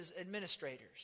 administrators